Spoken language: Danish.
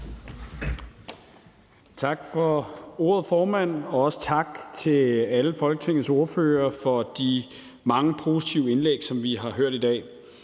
Tak for ordet, formand, og også tak til alle Folketingets ordførere for de mange positive indlæg, som vi har hørt i dag.